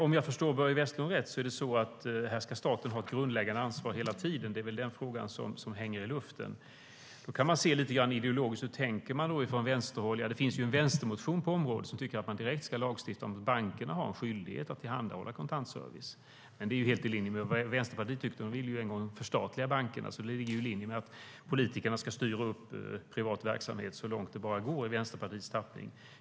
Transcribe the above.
Om jag förstår Börje Vestlund rätt är det dock så att staten här ska ha ett grundläggande ansvar hela tiden; det är väl den frågan som hänger i luften. Då kan vi se det lite grann ideologiskt: Hur tänker man från vänsterhåll? Ja, det finns ju en vänstermotion på området där man tycker att det direkt ska lagstiftas om att bankerna har en skyldighet att tillhandahålla kontantservice. Det är helt i linje med vad Vänsterpartiet tycker - de ville ju en gång förstatliga bankerna. Det ligger alltså i linje med att politikerna i Vänsterpartiets tappning ska styra upp privat verksamhet så långt det bara går.